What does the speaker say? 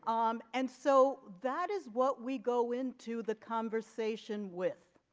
um and so that is what we go into the conversation with